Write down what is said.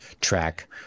track